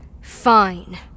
Fine